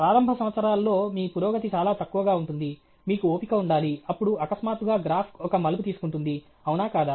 ప్రారంభ సంవత్సరాల్లో మీ పురోగతి చాలా తక్కువగా ఉంటుంది మీకు ఓపిక ఉండాలి అప్పుడు అకస్మాత్తుగా గ్రాఫ్ ఒక మలుపు తీసుకుంటుంది అవునా కాదా